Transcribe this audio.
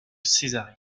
césarée